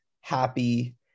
happy